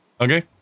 Okay